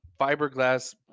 fiberglass